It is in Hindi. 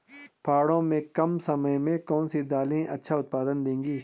पहाड़ों में कम समय में कौन सी दालें अच्छा उत्पादन देंगी?